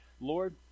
Lord